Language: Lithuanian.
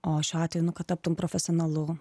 o šiuo atveju nu kad taptum profesionalu